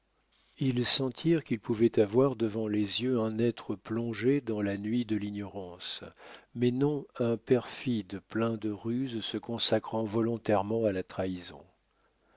ils sentirent qu'ils pouvaient avoir devant les yeux un être plongé dans la nuit de l'ignorance mais non un perfide plein de ruses se consacrant volontairement à la trahison